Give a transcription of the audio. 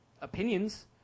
opinions